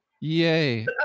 yay